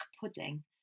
pudding